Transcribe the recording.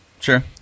Sure